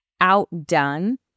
outdone